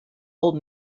old